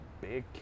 big